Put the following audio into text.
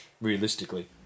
realistically